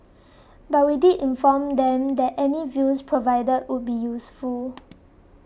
but we did inform them that any views provided would be useful